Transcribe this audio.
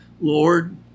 Lord